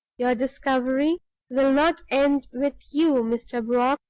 your discovery will not end with you, mr. brock,